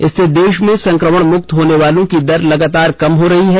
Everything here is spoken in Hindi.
इससे देश में संक्रमण मुक्त होने वालों की दर लगातार कम हो रही है